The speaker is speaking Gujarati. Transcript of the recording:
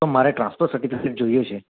તો મારે ટ્રાન્સફર સર્ટિફિકેટ જોઈએ છે